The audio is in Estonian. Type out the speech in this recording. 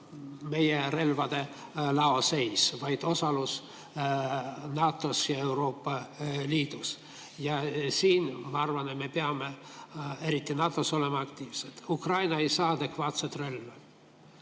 meie relvade laoseis, vaid osalus NATO-s ja Euroopa Liidus. Ja siin, ma arvan, me peame eriti NATO-s olema aktiivsed. Ukraina ei saa adekvaatseid relvi.